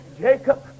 jacob